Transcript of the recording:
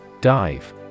Dive